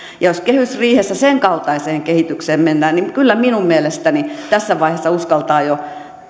jos kehysriihessä senkaltaiseen kehitykseen mennään niin kyllä minun mielestäni tässä vaiheessa uskaltaa jo